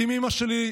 עם אימא שלי,